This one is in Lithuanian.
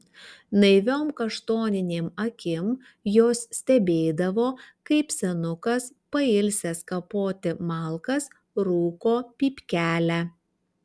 naiviom kaštoninėm akim jos stebėdavo kaip senukas pailsęs kapoti malkas rūko pypkelę